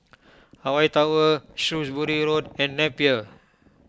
Hawaii Tower Shrewsbury Road and Napier